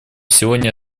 сегодня